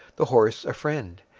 the horse a friend,